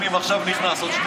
עכשיו נכנס.